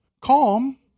Calm